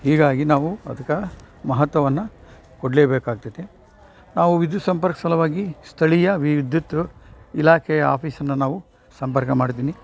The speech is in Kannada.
ಹೀಗಾಗಿ ನಾವು ಅದಕ್ಕ ಮಹತ್ವವನ್ನ ಕೊಡಲೇಬೇಕಾಗ್ತದೆ ನಾವು ವಿದ್ಯುತ್ ಸಂಪರ್ಕ ಸಲುವಾಗಿ ಸ್ಥಳೀಯ ವಿದ್ಯುತ್ತು ಇಲಾಖೆಯ ಆಫೀಸನ್ನ ನಾವು ಸಂಪರ್ಕ ಮಾಡಿದ್ದೀನಿ